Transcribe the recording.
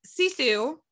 sisu